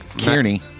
Kearney